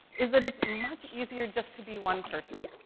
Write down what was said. is that it's much easier just to be one person,